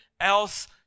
else